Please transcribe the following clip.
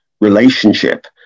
relationship